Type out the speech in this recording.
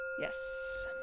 Yes